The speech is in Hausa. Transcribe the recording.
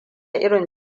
irin